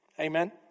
Amen